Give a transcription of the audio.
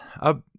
up